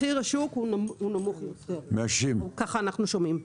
מחיר השוק הוא נמוך יותר, ככה אנחנו שומעים.